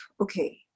okay